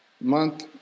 month